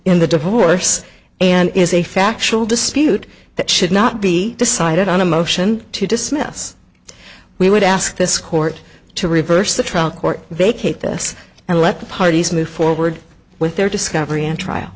in the divorce and is a factual dispute that should not be decided on a motion to dismiss we would ask this court to reverse the trial court vacate this and let the parties move forward with their discovery and trial